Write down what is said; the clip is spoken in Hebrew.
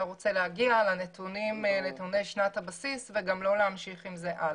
רוצה להגיע לנתוני שנת הבסיס וגם לא להמשיך עם זה הלאה.